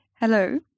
Hello